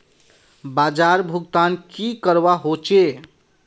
बाजार भुगतान की करवा होचे?